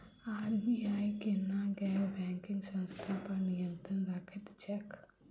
RBI केना गैर banking संस्था पर नियत्रंण राखैत छैक?